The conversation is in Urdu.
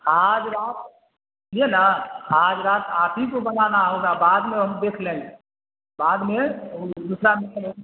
آج رات سنیے نا آج رات آپ ہی کو بنانا ہوگا بعد میں ہم دیکھ لیں بعد میں او دوسرا آدمی سب